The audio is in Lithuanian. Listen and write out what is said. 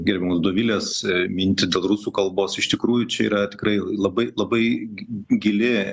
gerbiamos dovilės mintį dėl rusų kalbos iš tikrųjų čia yra tikrai labai labai gi gili